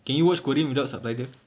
can you watch korean without subtitle